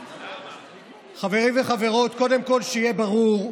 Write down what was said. חברים וחברות, קודם כול, שיהיה ברור: